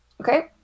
Okay